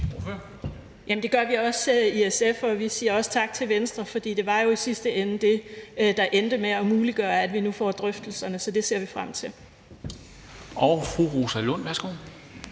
det gør vi også i SF, og vi siger også tak til Venstre, for det var jo i sidste ende det, der endte med at muliggøre, at vi nu får drøftelserne, så det ser vi frem til.